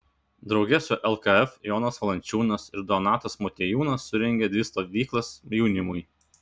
drauge su lkf jonas valančiūnas ir donatas motiejūnas surengė dvi stovyklas jaunimui